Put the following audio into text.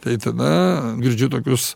tai tada girdžiu tokius